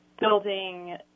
building